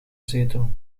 zetel